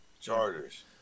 charters